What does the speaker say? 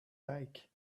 like